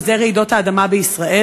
וזה רעידות האדמה בישראל.